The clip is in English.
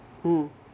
mm